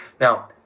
Now